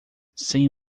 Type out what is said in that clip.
sem